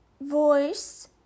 voice